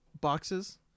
boxes